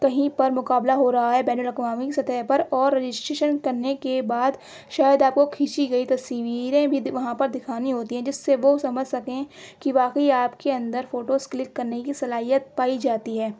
کہیں پر مقابلہ ہو رہا ہے بین الاقوامی سطح پر اور رجسٹریشن کرنے کے بعد شاید آپ کو کھینچی گئی تصویریں بھی وہاں پر دکھانی ہوتی ہیں جس سے وہ سمجھ سکیں کہ واقعی آپ کے اندر فوٹوز کلک کرنے کی صلاحیت پائی جاتی ہے